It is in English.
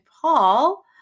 paul